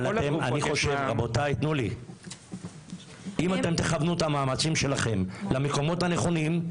אם תכוונו את המאמצים שלכם למקומות הנכונים,